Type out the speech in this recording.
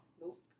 Nope